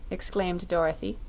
exclaimed dorothy,